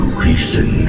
reason